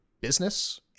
business